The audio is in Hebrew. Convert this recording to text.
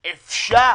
אפשר.